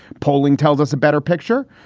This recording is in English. polling tells us a better picture.